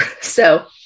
So-